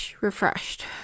refreshed